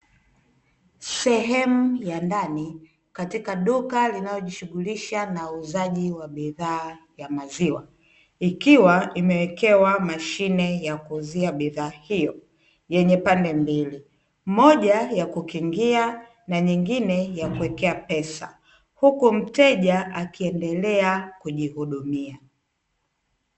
Sehemu ya ndani katika duka linalo jishughulisha na uuzaji wa maziwa, ikiwa imewekewa Mashine ya kuuzia bidhaa hiyo yenye pande mbili, moja ya kukingia na nyingine ya kuwekea pesa, huku mteja akiendelea kujihudumia.